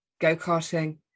Go-karting